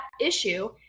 issue